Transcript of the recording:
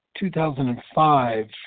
2005